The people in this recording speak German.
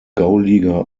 gauliga